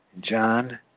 John